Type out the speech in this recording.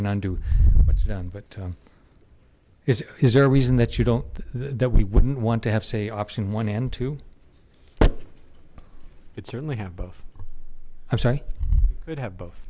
and undo what's done but is it is there a reason that you don't that we wouldn't want to have say option one end to it certainly have both i'm sorry could have both